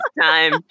time